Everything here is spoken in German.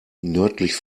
nördlich